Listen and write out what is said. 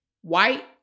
white